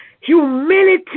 Humility